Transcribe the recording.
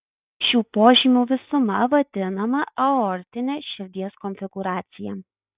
šių požymių visuma vadinama aortine širdies konfigūracija